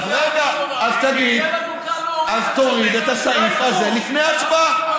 אז תוריד את הסעיף הזה לפני ההצבעה.